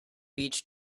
beach